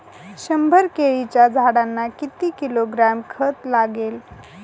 शंभर केळीच्या झाडांना किती किलोग्रॅम खत लागेल?